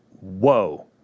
whoa